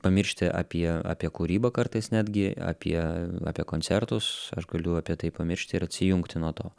pamiršti apie apie kūrybą kartais netgi apie apie koncertus aš galiu apie tai pamiršti ir atsijungti nuo to